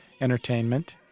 entertainment